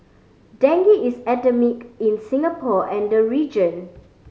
Dengue is endemic in Singapore and the region